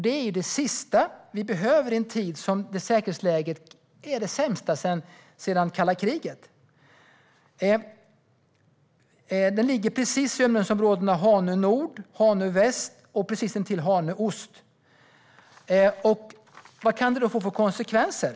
Det är ju det sista vi behöver i en tid då säkerhetsläget är det sämsta sedan kalla kriget. Området ligger precis i övningsområdena Hanö Nord och Hanö Väst och precis intill Hanö Ost. Vad kan det få för konsekvenser?